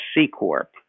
C-Corp